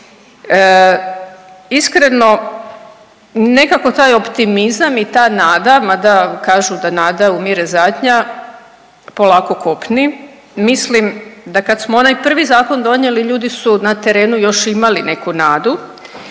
Iskreno, nekako taj optimizam i ta nada, mada kažu da nada umire zadnja, polako kopni, mislim da kad smo onaj prvi zakon donijeli, ljudi su na terenu još imali neku nadu